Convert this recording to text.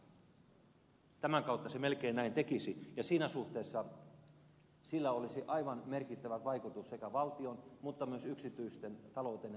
tämän kautta se melkein näin tekisi ja siinä suhteessa sillä olisi aivan merkittävä vaikutus sekä valtion mutta myös yksityisten talouteen ja niin edelleen